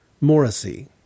Morrissey